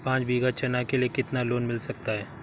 पाँच बीघा चना के लिए कितना लोन मिल सकता है?